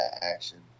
action